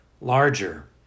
larger